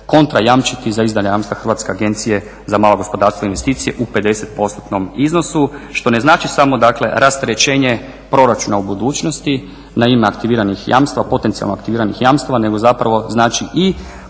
kontra jamčiti za izdana jamstva Hrvatske agencije za malo gospodarstvo i investicije u 50% iznosi što ne znači samo dakle rasterećenje proračuna u budućnosti na ime aktiviranih jamstva, potencijalno aktiviranih jamstava nego zapravo znači i